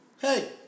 hey